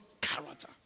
character